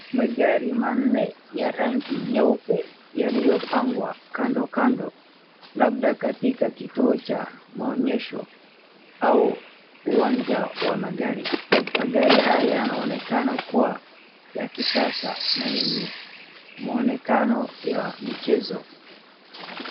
Magari manne ya rangi nyeupe yaliyopangwa kando kando. Labda katika kituo cha maonyesho au uwanja wa magari, magari haya yanaonekana kuwa ya kisasa na yenye muonekano ya michezo .